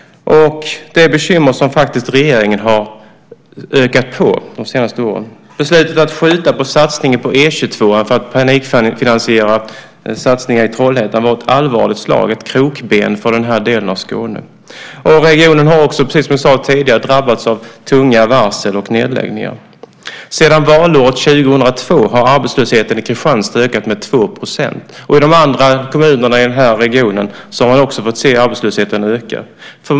Det är bekymmer som regeringen faktiskt har ökat på de senaste åren. Beslutet att skjuta på satsningen på E 22 för att panikfinansiera satsningar i Trollhättan var ett allvarligt slag, ett krokben för den här delen av Skåne. Regionen har också, precis som jag sade tidigare, drabbats av tunga varsel och nedläggningar. Sedan valåret 2002 har arbetslösheten i Kristianstad ökat med 2 %. I de andra kommunerna i den här regionen har man också fått se arbetslösheten öka.